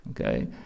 Okay